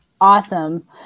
Awesome